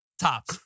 top